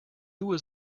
was